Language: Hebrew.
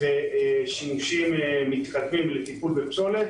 ושימושים מתקדמים לטיפול בפסולת.